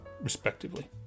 respectively